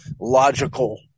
logical